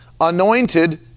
anointed